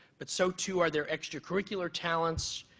but so too are their extracurricular talents,